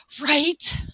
Right